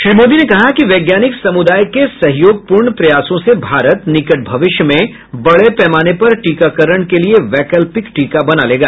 श्री मोदी ने कहा कि वैज्ञानिक समुदाय के सहयोगपूर्ण प्रयासों से भारत निकट भविष्य में बड़े पैमाने पर टीकाकरण के लिए वैकल्पिक टीका बना लेगा